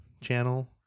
channel